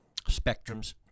spectrums